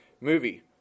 movie